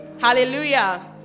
hallelujah